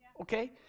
okay